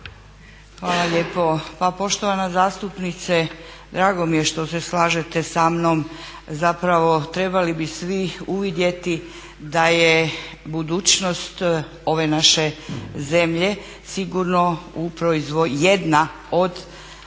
Hvala lijepo. Pa poštovana zastupnice, drago mi je što se slažete sa mnom. Zapravo trebali bi svi uvidjeti da je budućnost ove naše zemlje sigurno, jedna od